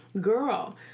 girl